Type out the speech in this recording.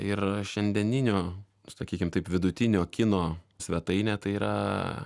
ir šiandieninio sakykim taip vidutinio kino svetainė tai yra